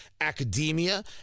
academia